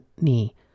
knee